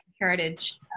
heritage